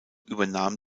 übernahm